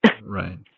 Right